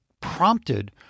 prompted